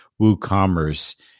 WooCommerce